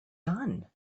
done